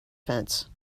fence